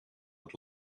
het